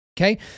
okay